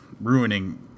ruining